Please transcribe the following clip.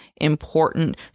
important